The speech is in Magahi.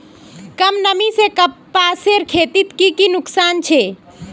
कम नमी से कपासेर खेतीत की की नुकसान छे?